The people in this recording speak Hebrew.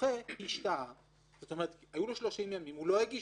הזוכה למצב הקודם.